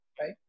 Right